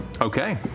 Okay